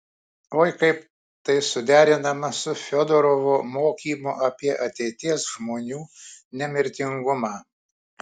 o kaip tai suderinama su fiodorovo mokymu apie ateities žmonių nemirtingumą